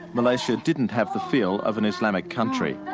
malaysia didn't have the feel of an islamic country.